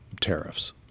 tariffs